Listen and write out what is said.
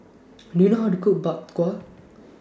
Do YOU know How to Cook Bak Kwa